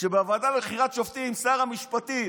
בוועדה לבחירת שופטים שר המשפטים